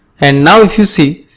and now if you see,